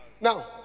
now